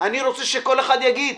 אני רוצה שכל אחד יגיד,